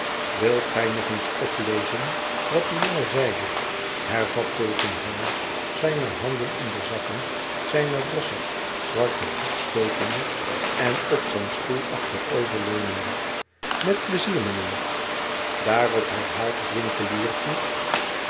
wilt gij nog eens oplezen wat de jongen zeide hervat tulkinghorn zijne handen in de zakken zijner rossig zwarte broek stekende en op zijn stoel achteroverleunende met pleizier mijnheer daarop herhaalt het winkeliertje